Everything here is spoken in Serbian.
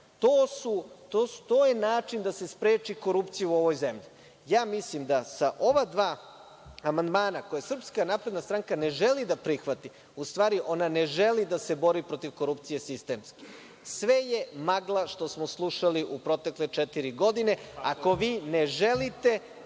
je način da se spreči korupcija u ovoj zemlji. Mislim da sa ova dva amandmana koja SNS ne želi da prihvati, u stvari ona ne želi da se bori protiv korupcije sistemske. Sve je magla što smo slušali u protekle četiri godine, ako vi ne želite